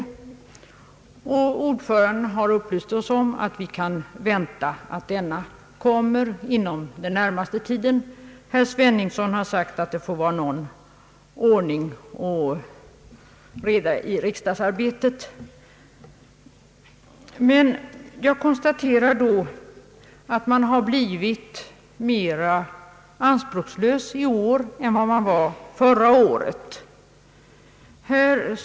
Utskottets ordförande har upplyst oss om att vi kan vänta att arbetsgruppen tillsätts inom den närmaste tiden. Herr Sveningsson har sagt att det får vara någon ordning och reda i riksdagsarbetet. Jag konstaterar då att man har blivit mera anspråkslös i år än förra året.